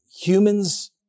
Humans